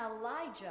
Elijah